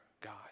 God